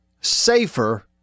safer